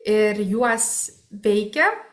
ir juos veikia